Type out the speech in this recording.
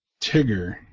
Tigger